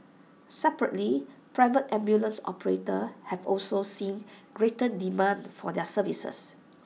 separately private ambulance operators have also seen greater demand for their services